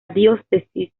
diócesis